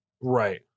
Right